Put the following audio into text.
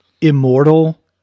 immortal